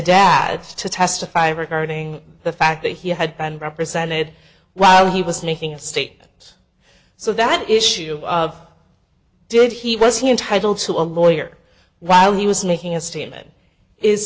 dad to testify regarding the fact that he had been represented while he was making a statement so that issue of did he was he entitled to a lawyer while he was making a statement is